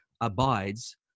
abides